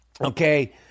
Okay